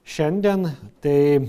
šiandien tai